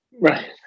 Right